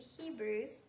Hebrews